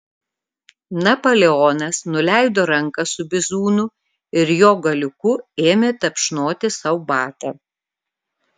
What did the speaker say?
napoleonas nuleido ranką su bizūnu ir jo galiuku ėmė tapšnoti sau batą